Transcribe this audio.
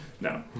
No